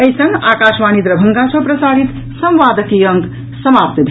एहि संग आकाशवाणी दरभंगा सँ प्रसारित संवादक ई अंक समाप्त भेल